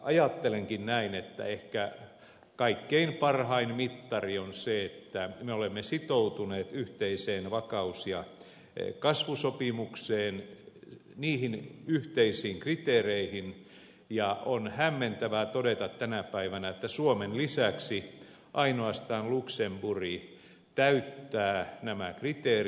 ajattelenkin näin että ehkä kaikkein parhain mittari on se että me olemme sitoutuneet yhteiseen vakaus ja kasvusopimukseen niihin yhteisiin kriteereihin ja on hämmentävää todeta tänä päivänä että suomen lisäksi ainoastaan luxemburg täyttää nämä kriteerit